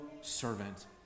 servant